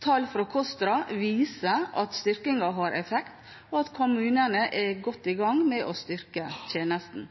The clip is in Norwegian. Tall fra KOSTRA viser at styrkingen har effekt, og at kommunene er godt i gang med å styrke tjenesten.